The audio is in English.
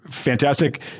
fantastic